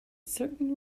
certain